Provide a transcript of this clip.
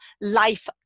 life